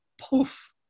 poof